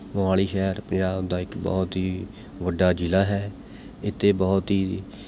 ਮੋਹਾਲੀ ਸ਼ਹਿਰ ਪੰਜਾਬ ਦਾ ਇੱਕ ਬਹੁਤ ਹੀ ਵੱਡਾ ਜ਼ਿਲ੍ਹਾ ਹੈ ਇੱਥੇ ਬਹੁਤ ਹੀ